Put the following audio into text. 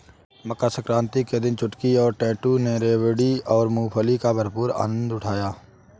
मकर सक्रांति के दिन चुटकी और टैटू ने रेवड़ी और मूंगफली का भरपूर आनंद उठाया